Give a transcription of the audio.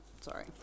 sorry